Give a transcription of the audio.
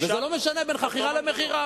זה לא משנה אם זו חכירה או מכירה,